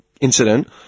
incident